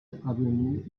avenue